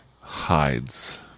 hides